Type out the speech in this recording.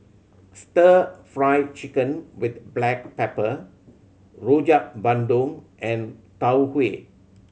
Stir Fry Chicken with black pepper Rojak Bandung and Tau Huay